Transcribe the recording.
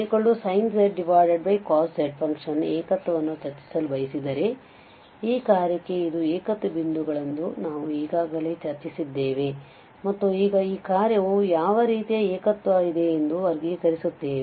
ಈಗ fztan z sin z cos z ಫಂಕ್ಷನ್ನ ಏಕತ್ವವನ್ನು ಚರ್ಚಿಸಲು ಬಯಸಿದರೆ ಈ ಕಾರ್ಯಕ್ಕೆ ಇದು ಏಕತ್ವ ಬಿಂದುಗಳೆಂದು ನಾವು ಈಗಾಗಲೇ ಚರ್ಚಿಸಿದ್ದೇವೆ ಮತ್ತು ಈಗ ಈ ಕಾರ್ಯವು ಯಾವ ರೀತಿಯ ಏಕತ್ವ ಇದೆ ಎಂದು ವರ್ಗೀಕರಿಸುತ್ತೇವೆ